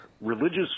religious